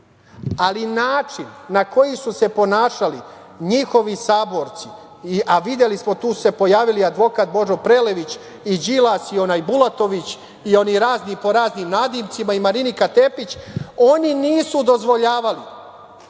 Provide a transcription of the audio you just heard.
ali način na koji su se ponašali njihovi saborci, a videli smo, tu su se pojavili advokat Božo Prelević i Đilas i onaj Bulatović i oni razni i po raznim nadimcima i Marinika Tepić, oni nisu dozvoljavali,